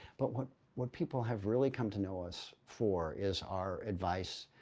but what what people have really come to know us for is our advice.